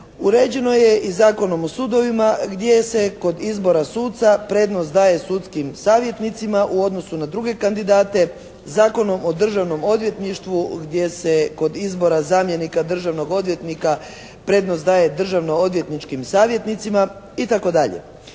uređeno je i Zakonom o sudovima gdje se kod izbora suca prednost daje sudskim savjetnicima u odnosu na druge kandidate Zakonom o državnom odvjetništvu gdje se kod izbora zamjenika državnog odvjetnika prednost daje državnoodvjetničkim savjetnicima itd.